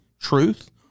truth